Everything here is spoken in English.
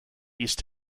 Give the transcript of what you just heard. east